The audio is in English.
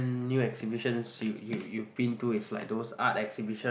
new exhibitions you you you been to is like those art exhibition